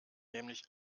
nämlich